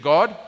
God